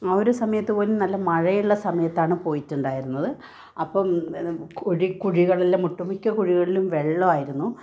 ആ ഒരു സമയത്ത് പോലും നല്ല മഴയുള്ള സമയത്താണ് പോയിട്ടുണ്ടായിരുന്നത് അപ്പം കുഴികളിലും ഒട്ടു മിക്ക കുഴികളിലും വെള്ളമായിരുന്നു